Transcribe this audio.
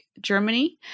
Germany